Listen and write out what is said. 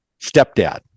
stepdad